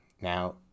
Now